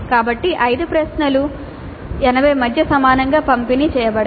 కాబట్టి 5 ప్రశ్నలు 80 మధ్య సమానంగా పంపిణీ చేయబడతాయి